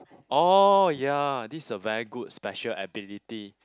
oh ya this is a very good special ability